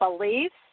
beliefs